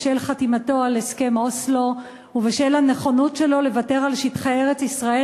בשל חתימתו על הסכם אוסלו ובשל הנכונות שלו לוותר על שטחי ארץ-ישראל,